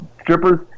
strippers